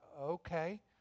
okay